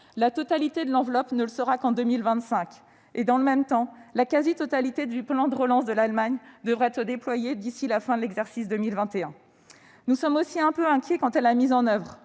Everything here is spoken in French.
la totalité de l'enveloppe ne le sera qu'en 2025. Dans le même temps, la quasi-totalité du plan de relance de l'Allemagne devrait être déployée d'ici à la fin de l'exercice 2021. Nous sommes aussi un peu inquiets quant à la mise en oeuvre.